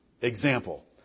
example